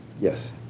Yes